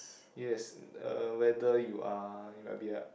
yes uh whether you are